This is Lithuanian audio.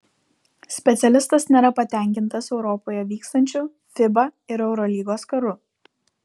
specialistas nėra patenkintas europoje vykstančiu fiba ir eurolygos karu